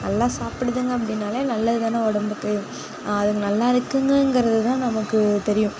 நல்லா சாப்பிடுதுங்க அப்படின்னாலே நல்லது தானே உடம்புக்கு அது நல்லா இருக்குங்குங்கிறது தான் நமக்கு தெரியும்